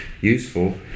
useful